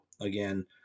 again